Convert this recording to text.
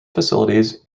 facilities